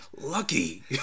lucky